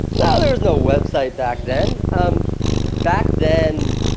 like there was no website back then. um back then,